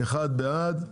אחד בעד,